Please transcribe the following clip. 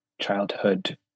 childhood